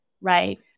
right